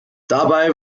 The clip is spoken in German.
dabei